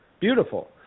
Beautiful